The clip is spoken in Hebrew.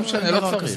לא צריך.